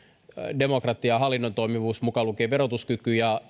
demokratia ja hallinnon toimivuus mukaan lukien verotuskyky ja